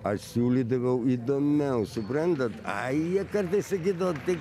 aš siūlydavau įdomiau suprantat a kartais sakydavo tai